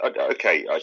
Okay